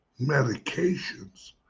medications